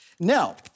Now